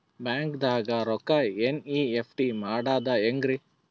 ಬ್ಯಾಂಕ್ದಾಗ ರೊಕ್ಕ ಎನ್.ಇ.ಎಫ್.ಟಿ ಮಾಡದ ಹೆಂಗ್ರಿ?